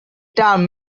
term